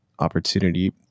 opportunity